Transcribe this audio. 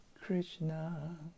Krishna